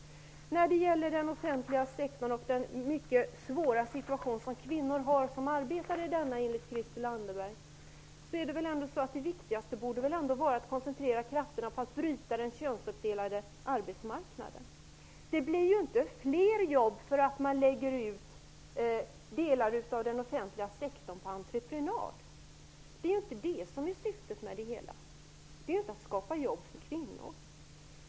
När det gäller den offentliga sektorn och den enligt Christel Anderberg mycket svåra situationen för kvinnor som arbetar inom denna borde det viktigaste väl ändå vara att koncentrera krafterna på att bryta den könsuppdelade arbetsmarknaden. Det blir ju inte fler jobb genom att delar av den offentliga sektorn läggs ut på entreprenad. Syftet med det hela är inte att skapa jobb för kvinnor.